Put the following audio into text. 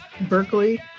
Berkeley